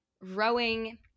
rowing